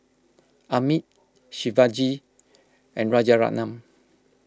Amit Shivaji and Rajaratnam